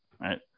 right